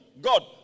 God